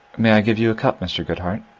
may i give you a cup, mr. goodhart?